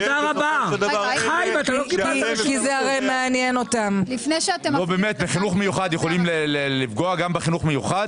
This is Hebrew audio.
הראשונים להיפגע זה חינוך מיוחד.